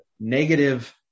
negative